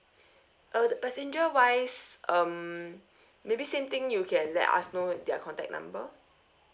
uh the passenger wise um maybe same thing you can let us know their contact number